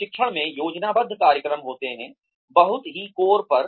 प्रशिक्षण में योजनाबद्ध कार्यक्रम होते हैं बहुत ही कोर पर